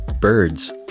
Birds